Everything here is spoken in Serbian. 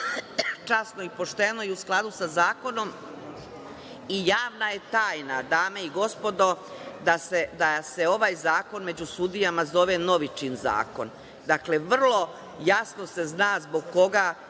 časno i pošteno i u skladu sa zakonom i javna je tajna, dame i gospodo, da se ovaj zakon među sudijama zove „Novičin zakon“. Dakle, vrlo jasno se zna zbog koga